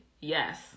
yes